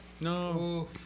No